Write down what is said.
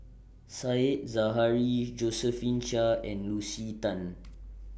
Said Zahari Josephine Chia and Lucy Tan